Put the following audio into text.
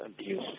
abuse